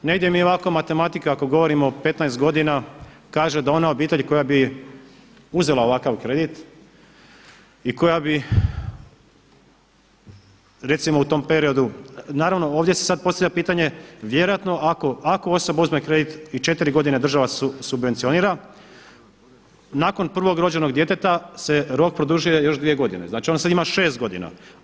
Negdje mi je ovako matematika ako govorimo o 15 godina kaže da ona obitelj koja bi uzela ovakav kredit i koja bi recimo u tom periodu, naravno ovdje se sada postavlja pitanje vjerojatno ako osoba uzme kredit i četiri godine država subvencionira nakon prvog rođenog djeteta se rok produžuje još dvije godine, znači on sada ima šest godina.